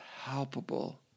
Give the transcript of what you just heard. palpable